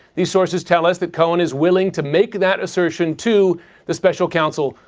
these sources tell us that cohen is willing to make that assertion to the special council,